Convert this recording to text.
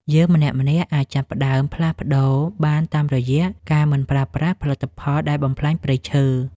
យើងម្នាក់ៗអាចចាប់ផ្តើមផ្លាស់ប្តូរបានតាមរយៈការមិនប្រើប្រាស់ផលិតផលដែលបំផ្លាញព្រៃឈើ។